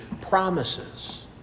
promises